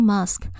Musk